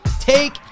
Take